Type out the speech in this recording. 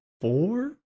four